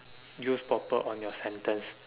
use proper on your sentence